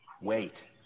Wait